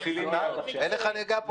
אין לך נגיעה פוליטית?